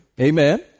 Amen